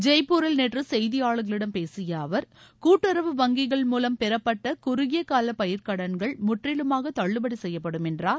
ஜெய்ப்பூரில் நேற்று செய்தியாளர்களிடம் பேசிய அவர் கூட்டுறவு வங்கிகள் மூலம் பெறப்பட்ட குறுகியகால பயிர்க்கடன்கள் முற்றிலுமாக தள்ளுபடி செய்யப்படும் என்றார்